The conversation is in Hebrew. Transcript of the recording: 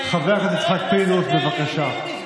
חבר הכנסת יצחק פינדרוס, בבקשה.